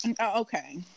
okay